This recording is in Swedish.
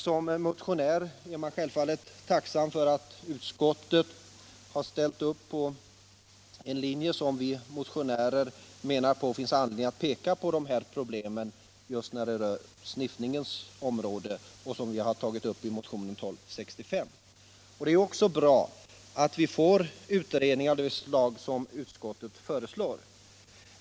Som motionär är jag självfallet tacksam för att utskottet har ställt upp på den linje som vi motionärer pekat på i motionen 1265, nämligen just åtgärder då det gäller problemet med sniffningen. Det är också bra att vi får utredningar av det slag utskottet föreslår.